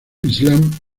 islam